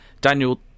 daniel